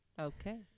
Okay